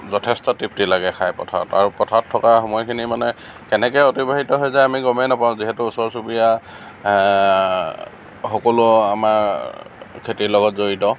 যথেষ্ট তৃপ্তি লাগে খাই পথাৰত আৰু পথাৰত থকা সময়খিনি মানে কেনেকৈ অতিবাহিত হৈ যায় আমি গমেই নাপাওঁ যিহেতু ওচৰ চুবুৰীয়া সকলো আমাৰ খেতিৰ লগত জড়িত